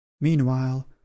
Meanwhile